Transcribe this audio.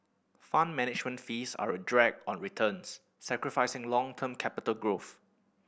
Fund Management fees are a drag on returns sacrificing long term capital growth